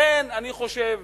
לכן אני חושב